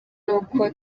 uko